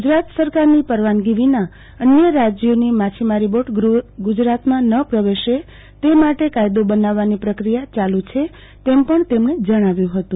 ગુજરાત સરકારની પરવાનગી વિના અન્ય રાજ્યોની માછીમારી બોટ ગુજરાતમાં ન પ્રવેશે તે માટે કાયદો બનાવવાની પ્રક્રિયા ચાલુ છે તેમ પણ તેમણે જણાવ્યું હતું